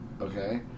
okay